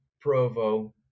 Provo